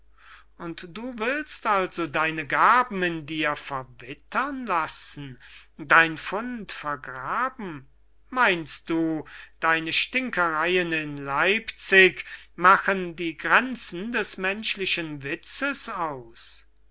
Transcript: und du willst also deine gaben in dir verwittern lassen dein pfund vergraben meynst du deine stinkereyen in leipzig machen die gränzen des menschlichen witzes aus